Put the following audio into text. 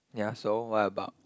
ya so what about